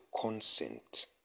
consent